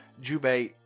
Jubei